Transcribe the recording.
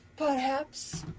perhaps.